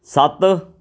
ਸੱਤ